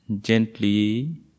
gently